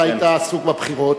אתה היית עסוק בבחירות,